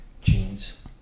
jeans